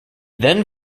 then